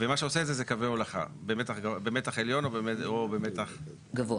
ומה שעושה את זה זה קווי הולכה במתח עליון או במתח גבוה.